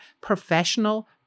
professional